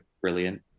brilliant